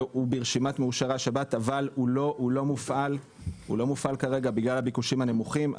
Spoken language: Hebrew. שהוא ברשימת מאושרי השבת אבל הוא לא מופעל כרגע בגלל הביקושים הנמוכים.